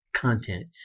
content